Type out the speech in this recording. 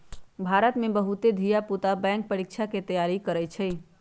भारत में बहुते धिया पुता बैंक परीकछा के तैयारी करइ छइ